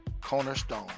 cornerstone